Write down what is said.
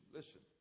Listen